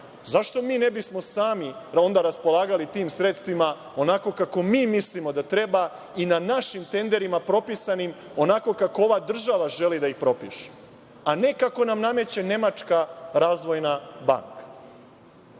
zašto mi ne bismo sami onda raspolagali tim sredstvima onako kako mi mislimo da treba i na našim tenderima propisanim onako kako ova država želi da ih propiše, a ne kako nam nameće Nemačka razvojna banka?